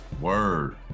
Word